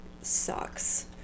Sucks